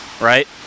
right